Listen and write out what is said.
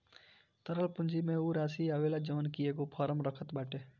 तरल पूंजी में उ राशी आवेला जवन की एगो फर्म रखत बाटे